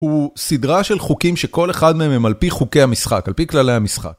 הוא סדרה של חוקים שכל אחד מהם הם על פי חוקי המשחק, על פי כללי המשחק.